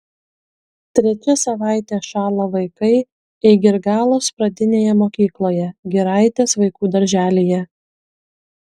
trečia savaitė šąla vaikai eigirgalos pradinėje mokykloje giraitės vaikų darželyje